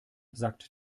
sagt